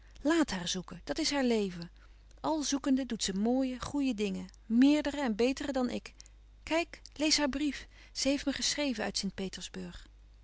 haar zoeken dat is haar leven al zoekende doet ze mooie goeie dingen meerdere en betere dan ik kijk lees haar brief ze heeft me geschreven uit